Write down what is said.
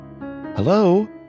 Hello